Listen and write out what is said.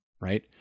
right